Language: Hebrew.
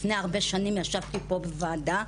לפני הרבה שנים ישבתי פה בוועדה,